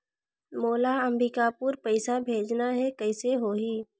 मोला अम्बिकापुर पइसा भेजना है, कइसे होही?